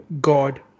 God